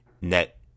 net